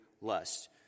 lust